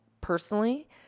personally